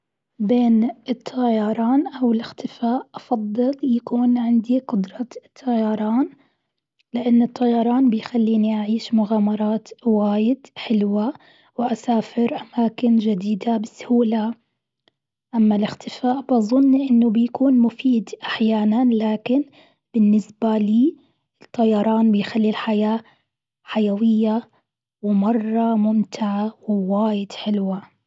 بين الطيران أو الإختفاء أفضل يكون عندي قدرة الطيران، لأن الطيران بيخليني أعيش مغامرات واجد حلوة وأسافر أماكن جديدة بسهولة، أما الإختفاء بظن إنه بيكون مفيد أحيانا، لكن بالنسبة لي الطيران بيخلي الحياة حيوية ومرة ممتعة وواجد حلوة.